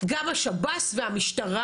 גם השב"ס והמשטרה,